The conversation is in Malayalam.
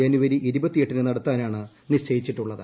ജനുവരി ന് നടത്താനാണ് നിശ്ചയിച്ചിട്ടുള്ളത്